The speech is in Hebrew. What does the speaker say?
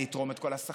אני אתרום את כל השכר,